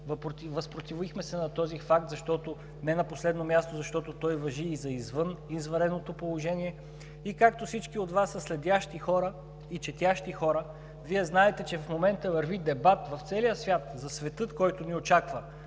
Възпротивихме се на този факт, защото не на последно място той важи и за извън извънредното положение. И както всички от Вас са следящи и четящи хора, Вие знаете, че в момента върви дебат в целия свят за света, който ни очаква